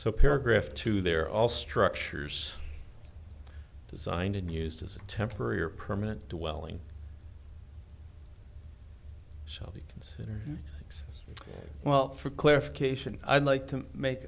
so paragraph two they're all structures designed and used as a temporary or permanent dwelling so consider well for clarification i'd like to make